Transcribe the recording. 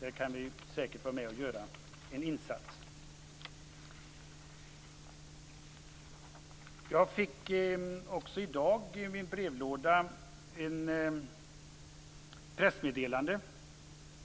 Där kan vi säkert vara med och göra en insats. Jag fick också i dag i min brevlåda ett pressmeddelande.